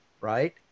right